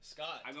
Scott